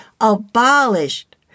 abolished